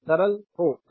अगर सरल हो